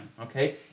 Okay